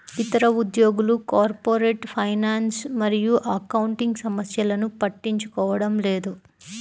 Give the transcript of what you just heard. ఇతర ఉద్యోగులు corporate finance మరియు అకౌంటింగ్ సమస్యలను పట్టించుకోవడం లేదు